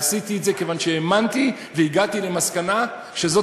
עשיתי את זה כיוון שהאמנתי והגעתי למסקנה שזאת